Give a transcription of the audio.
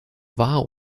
wahr